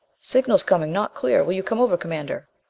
signals coming! not clear. will you come over, commander?